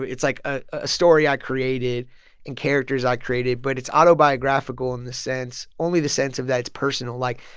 it's, like, a story i created and characters i created. but it's autobiographical in the sense only the sense of that it's personal. like,